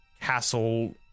castle